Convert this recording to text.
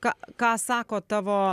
ką ką sako tavo